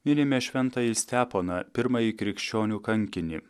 minime šventąjį steponą pirmąjį krikščionių kankinį